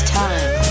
time